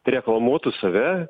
reklamuotų save